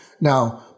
Now